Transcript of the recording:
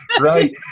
right